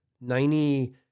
Ninety-